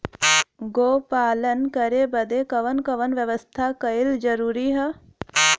गोपालन करे बदे कवन कवन व्यवस्था कइल जरूरी ह?